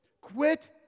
Quit